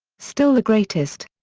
still the greatest.